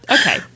okay